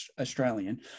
Australian